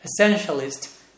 essentialist